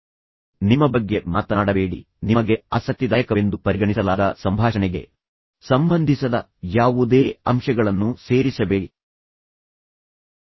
ಅದನ್ನು ಕಡಿಮೆ ಮಾಡಿ ನಿಮ್ಮ ಬಗ್ಗೆ ಮಾತನಾಡಬೇಡಿ ನಿಮಗೆ ಆಸಕ್ತಿದಾಯಕವೆಂದು ಪರಿಗಣಿಸಲಾದ ಸಂಭಾಷಣೆಗೆ ಸಂಬಂಧಿಸದ ಯಾವುದೇ ಅಂಶಗಳನ್ನು ಸೇರಿಸಬೇಡಿ ಆದರೆ ನಿಮ್ಮ ದೃಷ್ಟಿಯಲ್ಲಿ ಅದನ್ನು ಮಾಡಬೇಡಿ